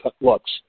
looks